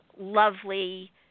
lovely